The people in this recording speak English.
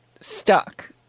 stuck